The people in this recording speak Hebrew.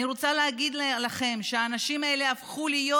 אני רוצה להגיד לכם שהאנשים האלה הפכו להיות